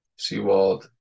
Seawald